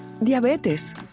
Diabetes